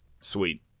Sweet